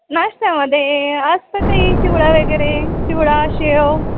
नाश्त्यामध्ये असतं काही चिवडा वगैरे चिवडा शेव